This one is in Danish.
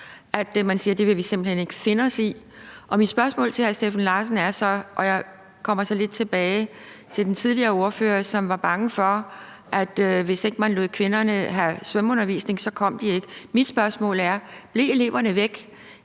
at man siger: Det vil vi simpelt hen ikke finde os i. Mit spørgsmål til hr. Steffen Larsen – og jeg vender så lidt tilbage til den tidligere ordfører, som var bange for, at hvis man ikke lod kvinderne have svømmeundervisning, kom de ikke – er så: Blev eleverne væk,